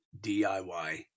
DIY